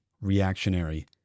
reactionary